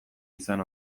izan